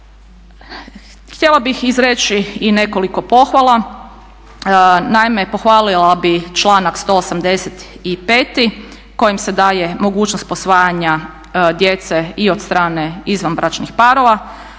Htjela bih izreći i nekoliko pohvala. Naime, pohvalila bih članak 185. kojim se daje mogućnost posvajanja djece i od strane izvanbračnih parova,